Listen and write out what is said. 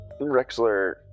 Rexler